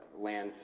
landfill